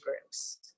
groups